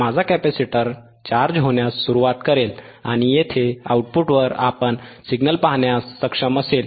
माझा capacitor charge होण्यास सुरुवात करेल आणि येथे आउटपुटवर आपण सिग्नल पाहण्यास सक्षम असेल